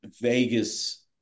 Vegas